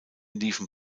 liefen